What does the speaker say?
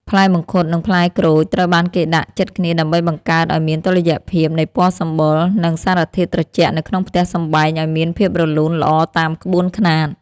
ផ្លែមង្ឃុតនិងផ្លែក្រូចត្រូវបានគេដាក់ជិតគ្នាដើម្បីបង្កើតឱ្យមានតុល្យភាពនៃពណ៌សម្បុរ និង សារធាតុត្រជាក់នៅក្នុងផ្ទះសម្បែងឱ្យមានភាពរលូនល្អតាមក្បួនខ្នាត។